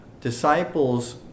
disciples